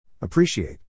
Appreciate